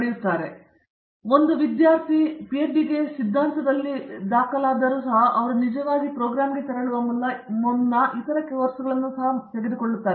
ನಿರ್ಮಲ ಒಂದು ವಿದ್ಯಾರ್ಥಿ ಪಿಎಚ್ಡಿಗೆ ಸಿದ್ಧಾಂತದಲ್ಲಿ ದಾಖಲಾದರೂ ಸಹ ಅವರು ನಿಜವಾದ ಪ್ರೋಗ್ರಾಂಗೆ ತೆರಳುವ ಮುನ್ನ ಅವರು ಈ ಇತರ ಕೋರ್ಸ್ಗಳನ್ನು ಸಹ ತೆಗೆದುಕೊಳ್ಳುತ್ತಾರೆ